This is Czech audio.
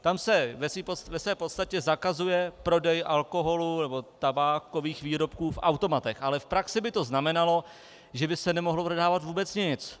Tam se ve své podstatě zakazuje prodej alkoholu nebo tabákových výrobků v automatech, ale v praxi by to znamenalo, že by se nemohlo prodávat vůbec nic.